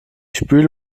spüle